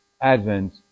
Advent